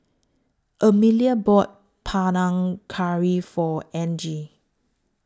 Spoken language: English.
Amelia bought Panang Curry For Angie